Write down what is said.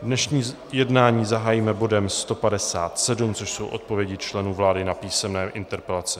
Dnešní jednání zahájíme bodem 157, což jsou odpovědi členů vlády na písemné interpelace.